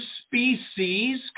species